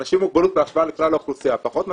אנשים עם מוגבלות בהשוואה לכלל האוכלוסייה פחות משכילים,